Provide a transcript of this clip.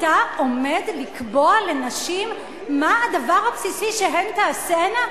אתה עומד לקבוע לנשים מה הדבר הבסיסי שהן תעשינה?